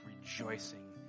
rejoicing